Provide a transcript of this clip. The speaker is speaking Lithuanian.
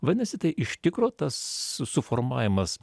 vadinasi tai iš tikro tas su suformavimas